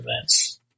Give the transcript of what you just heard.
events